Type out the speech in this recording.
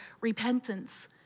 repentance